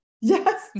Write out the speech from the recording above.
Yes